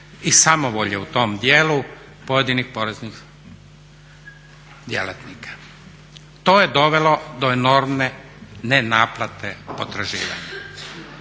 i samovolje u tom dijelu pojedinih poreznih djelatnika. To je dovelo do enormne nenaplate potraživanja,